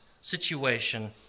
situation